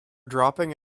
dropping